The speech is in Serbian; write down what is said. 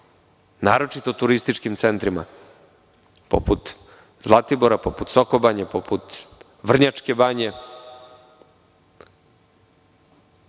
naročito turističkim centrima poput Zlatibora, poput Soko banje, poput Vrnjačke banje,